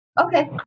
Okay